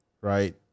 right